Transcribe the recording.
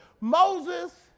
Moses